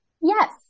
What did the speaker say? Yes